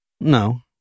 No